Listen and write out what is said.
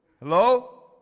Hello